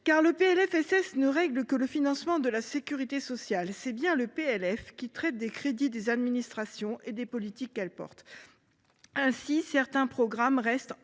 car le PLFSS ne règle que le financement de la sécurité sociale. C’est bien le PLF qui traite des crédits des administrations et des politiques que celles ci portent. Ainsi, certains programmes doivent